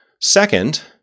Second